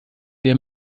der